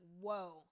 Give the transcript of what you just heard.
whoa